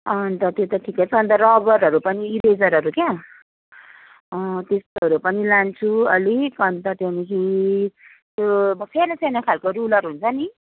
अन्त त्यो त ठिकै छ अन्त रबरहरू पनि इरेजरहरू क्या अँ त्यस्तोहरू पनि लान्छु अलिक अन्त त्यहाँदेखि त्यो सानो सानो खालको रुलर हुन्छ नि